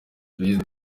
perezida